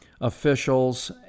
officials